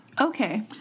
Okay